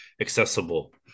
accessible